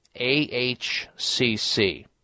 AHCC